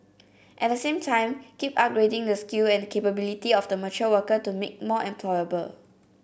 at the same time keep upgrading the skill and capability of the mature worker to make more employable